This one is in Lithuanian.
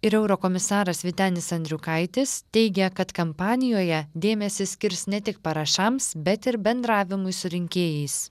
ir eurokomisaras vytenis andriukaitis teigia kad kampanijoje dėmesį skirs ne tik parašams bet ir bendravimui su rinkėjais